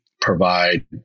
provide